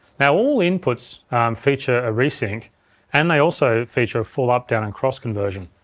now, all inputs feature a resync and they also feature a full up, down, and cross conversion.